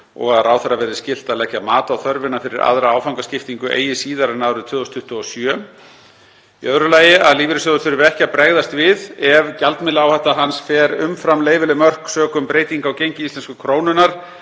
og að ráðherra verði skylt að leggja mat á þörfina fyrir aðra áfangaskiptingu eigi síðar en árið 2027. 2. Að lífeyrissjóður þurfi ekki að bregðast við ef gjaldmiðlaáhætta hans fer umfram leyfileg mörk sökum breytinga á gengi íslensku krónunnar